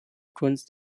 kunst